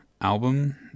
album